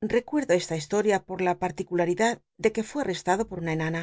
recuerdo esta historia por la r tulicularidad de que fué arrestado por una enana